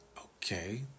Okay